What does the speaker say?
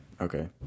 Okay